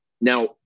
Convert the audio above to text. Now